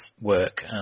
work